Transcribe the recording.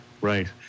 right